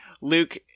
Luke